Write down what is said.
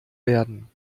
werden